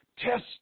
Test